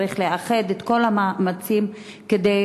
צריך לאחד את כל המאמצים כדי